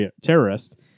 terrorist